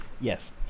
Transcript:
Yes